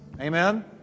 Amen